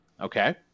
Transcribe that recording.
okay